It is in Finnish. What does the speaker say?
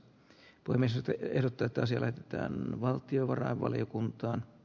poliisitiedoteta sillä teemme valtiovarainvaliokunta